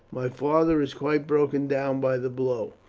my father is quite broken down by the blow.